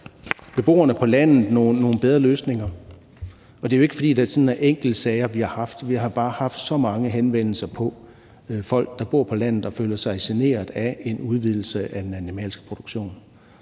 beboerne på landet nogle bedre løsninger, og det er jo ikke, fordi det sådan er enkeltsager, vi har haft. Vi har bare haft så mange henvendelser fra folk, der bor på landet, og som føler sig generet af en udvidelse af den animalske produktion,